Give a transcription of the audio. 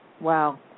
Wow